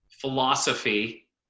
philosophy